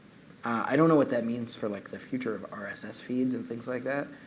i don't know what that means for like the future of ah rss feeds and things like that,